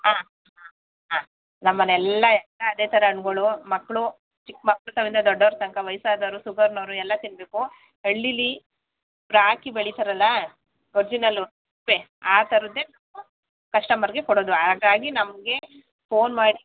ಹಾಂ ಹಾಂ ಹಾಂ ನಮ್ಮನ್ನೆಲ್ಲಾ ಎಲ್ಲ ಅದೇ ಥರ ಹಣ್ಗಳು ಮಕ್ಕಳು ಚಿಕ್ಕ ಮಕ್ಳ ಸಮೇತ ದೊಡ್ಡವ್ರ ತನಕ ವಯಸ್ಸಾದೋರು ಶುಗರ್ನೋರು ಎಲ್ಲ ತಿನ್ನಬೇಕು ಹಳ್ಳಿಲಿ ಗೊಬ್ರ ಹಾಕಿ ಬೆಳೀತಾರಲ್ಲ ಒರ್ಜಿನಲ್ಲು ಆ ಥರದ್ದೇ ಕಸ್ಟಮರ್ಗೆ ಕೊಡೋದು ಹಾಗಾಗಿ ನಮಗೆ ಪೋನ್ ಮಾಡಿ